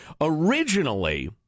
Originally